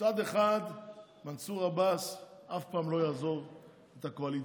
מצד אחד מנסור עבאס אף פעם לא יעזוב את הקואליציה.